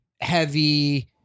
heavy